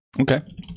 Okay